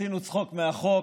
עשינו צחוק מהחוק,